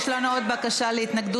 יש לנו עוד בקשה להתנגדות,